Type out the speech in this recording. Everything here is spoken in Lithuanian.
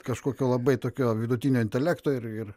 kažkokio labai tokio vidutinio intelekto ir ir